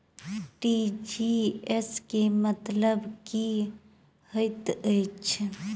TGS केँ मतलब की हएत छै?